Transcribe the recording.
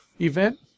event